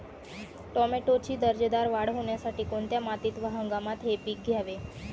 टोमॅटोची दर्जेदार वाढ होण्यासाठी कोणत्या मातीत व हंगामात हे पीक घ्यावे?